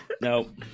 No